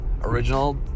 original